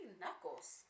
knuckles